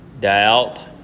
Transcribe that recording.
Doubt